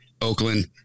Oakland